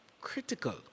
critical